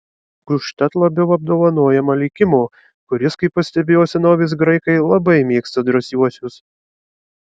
užtat labiau apdovanojama likimo kuris kaip pastebėjo senovės graikai labai mėgsta drąsiuosius